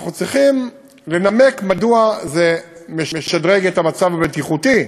אנחנו צריכים לנמק מדוע זה משדרג את המצב הבטיחותי,